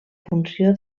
funció